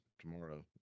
tomorrow